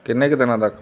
ਕਿੰਨੇ ਕੁ ਦਿਨਾਂ ਤੱਕ